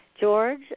George